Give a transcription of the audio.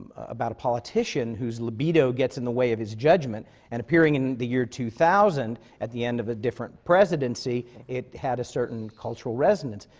politician whose libido gets in the way of his judgment, and appearing in the year two thousand, at the end of a different presidency, it had a certain cultural resonance.